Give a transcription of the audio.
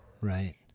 right